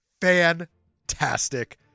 Fantastic